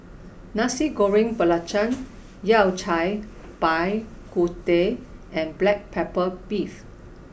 Nasi Goreng Belacan Yao Cai Bak Kut Teh and Black Pepper Beef